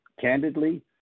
candidly